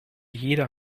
jeder